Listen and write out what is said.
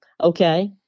okay